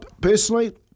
Personally